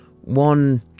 one